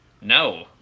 no